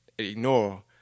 ignore